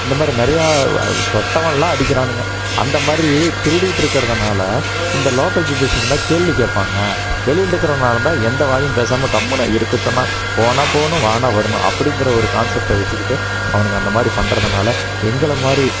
இந்தமாதிரி நிறையா தொட்டவனெலாம் அடிக்கிறானுங்க அந்த மாதிரி திருடிகிட்டு இருக்கிறதனால இந்த லோக்கல் பீப்புள்ஸ் இருந்தால் கேள்வி கேட்பாங்க வெளியில் இருக்கறவங்களா இருந்தால் எந்த வாயும் பேசாமல் கம்முனு இருக்க சொன்னால் போன்னால் போகணும் வான்னால் வரணும் அப்படிங்கிற ஒரு கான்செப்ட்டை வச்சுக்கிட்டு அவனுங்க அந்தமாதிரி பண்ணுறதுனால எங்களை மாதிரி